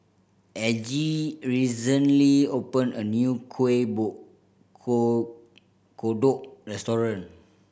Aggie recently opened a new kuih kodok restaurant